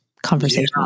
conversation